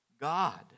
God